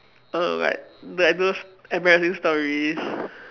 err like like those embarassing stories